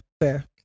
fair